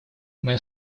моя